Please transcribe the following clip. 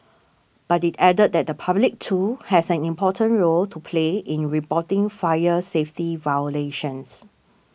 but it added that the public too has an important role to play in reporting fire safety violations